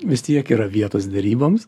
vis tiek yra vietos deryboms